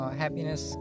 happiness